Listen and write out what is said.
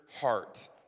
heart